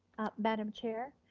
madam chair,